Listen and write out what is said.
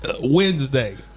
Wednesday